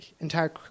entire